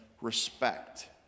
respect